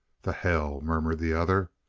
the hell! murmured the other.